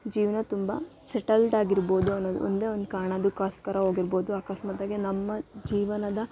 ಜೀವನ ತುಂಬ ಸೆಟಲ್ಡ್ ಆಗಿರ್ಬೋದು ಅನ್ನೋದು ಒಂದೇ ಒಂದು ಕಾರ್ಣಕ್ಕೋಸ್ಕರ ಹೋಗಿರ್ಬೋದು ಅಕಸ್ಮಾತಾಗಿ ನಮ್ಮ ಜೀವನದ